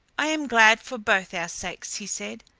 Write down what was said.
i am glad for both our sakes, he said.